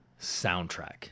soundtrack